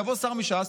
שיבוא שר מש"ס,